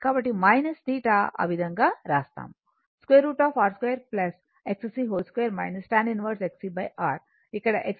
కాబట్టి θ ఆ విధంగా రాస్తాము √ R 2 Xc 2 tan 1 Xc R ఇక్కడ Xc 1 ω c అంటే